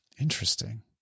Interesting